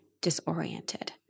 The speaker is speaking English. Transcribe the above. disoriented